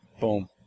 Boom